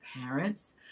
parents